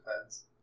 depends